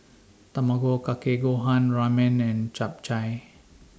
Tamago Kake Gohan Ramen and Japchae